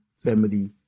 family